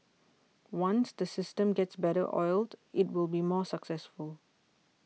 once the system gets better oiled it will be more successful